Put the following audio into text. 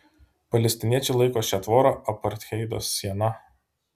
palestiniečiai laiko šią tvorą apartheido siena